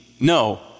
No